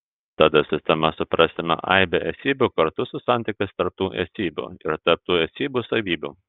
tada sistema suprasime aibę esybių kartu su santykiais tarp tų esybių ir tarp tų esybių savybių